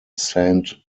saint